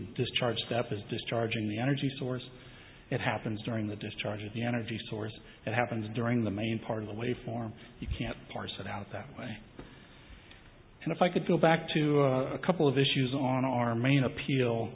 discharge step as discharging the energy source that happens during the discharge of the energy source that happens during the main part of the waveform you can't parse it out that way and if i could go back to a couple of issues on our main appeal